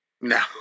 No